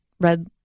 red